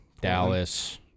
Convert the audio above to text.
Dallas